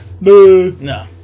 No